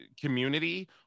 community